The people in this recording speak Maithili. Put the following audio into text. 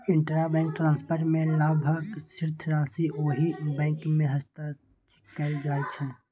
इंटराबैंक ट्रांसफर मे लाभार्थीक राशि ओहि बैंक मे हस्तांतरित कैल जाइ छै